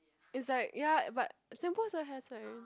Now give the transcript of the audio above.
is like ya but simple also has right